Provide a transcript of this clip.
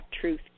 truth